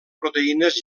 proteïnes